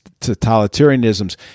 totalitarianisms